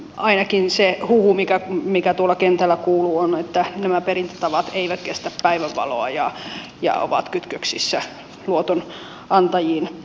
ainakin se huhu mikä tuolla kentällä kuuluu on että nämä perintätavat eivät kestä päivänvaloa ja ovat kytköksissä luotonantajiin